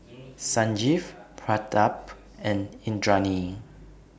Sanjeev Pratap and Indranee